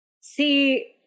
see